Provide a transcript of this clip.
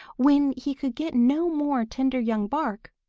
when he could get no more tender young bark,